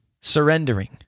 surrendering